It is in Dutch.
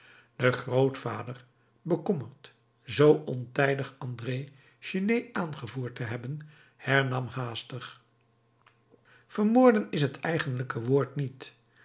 de grootvader bekommerd zoo ontijdig andré chénier aangevoerd te hebben hernam haastig vermoorden is het eigenlijke woord niet